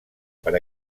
per